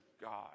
God